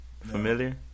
Familiar